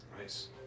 nice